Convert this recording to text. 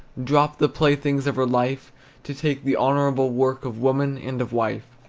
dropped the playthings of her life to take the honorable work of woman and of wife.